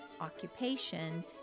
occupation